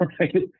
right